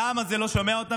והעם הזה לא שומע אותם.